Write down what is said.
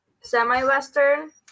semi-Western